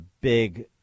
big